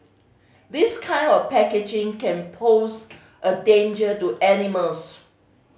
this kind of packaging can pose a danger to animals